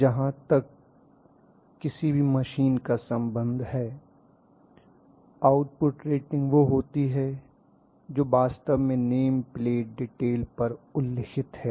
जहां तक किसी भी मशीन का संबंध है आउटपुट रेटिंग वह होती है जो वास्तव में नेम प्लेट डिटेल पर उल्लिखित है